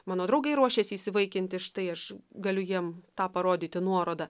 mano draugai ruošiasi įsivaikinti štai aš galiu jiem tą parodyti nuorodą